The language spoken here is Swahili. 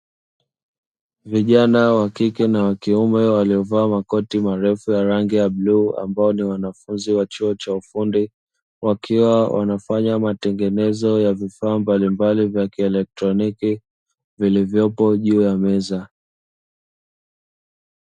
Vijana wa kike na wa kiume waliovaa makoti marefu ya rangi ya bluu ambao ni wanafunzi wa chuo cha ufundi, wakiwa wanafanya matengenezo ya vifaa mbalimbali vya kielektroniki vilivyopo juu ya meza.